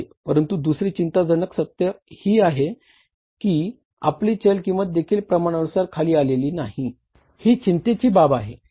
परंतु दुसरी चिंताजनक सत्य हे आहे की आपली चल किंमत देखील प्रमाणानुसार खाली आलेली नाही ही चिंतेची बाब आहे